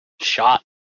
shot